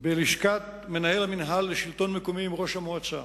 בלשכת מנהל המינהל לשלטון מקומי עם ראש המועצה.